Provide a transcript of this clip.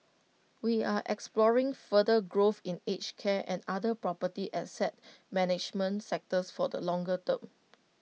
we are exploring further growth in aged care and other property asset management sectors for the longer term